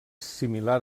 similar